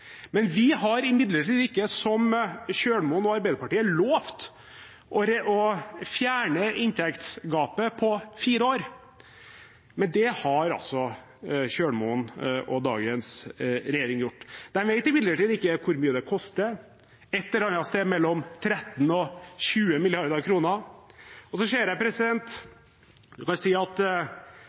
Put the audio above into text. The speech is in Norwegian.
Vi har imidlertid ikke, som Kjølmoen og Arbeiderpartiet, lovet å fjerne inntektsgapet på fire år. Men det har altså Kjølmoen og dagens regjering gjort. De vet imidlertid ikke hvor mye det koster – et eller annet sted mellom 13 og 20 mrd. kr. Så kan en si at